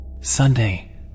Sunday